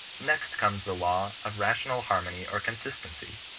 next comes the law of rational harmony or consistency.